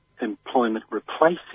employment-replacing